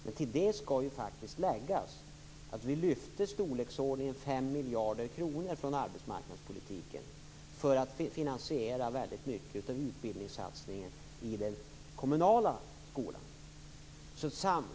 Men till det skall faktiskt läggas att vi lyfte i storleksordningen 5 miljarder kronor från arbetsmarknadspolitiken för att finansiera väldigt mycket av utbildningssatsningen i den kommunala skolan.